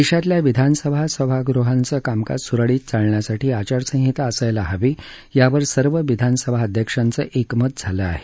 देशातल्या विधानसभा सभागृहांचं कामकाज सुरळीत चालण्यासाठी आचारसंहिता असायला हवी यावर सर्व विधानसभा अध्यक्षांचं एकमत झालं आहे